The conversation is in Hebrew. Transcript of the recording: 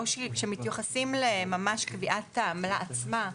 כשמתייחסים ממש לקביעת עמלה עצמה,